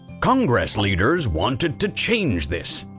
congress leaders wanted to change this.